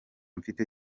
mfite